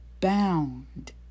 bound